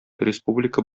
республика